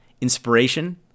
inspiration